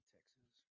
Texas